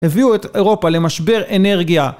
הביאו את אירופה למשבר אנרגיה